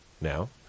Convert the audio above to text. now